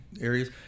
areas